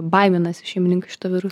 baiminasi šeimininkai šito viruso